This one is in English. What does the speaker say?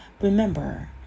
remember